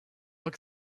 look